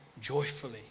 joyfully